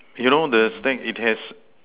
you know the stack it has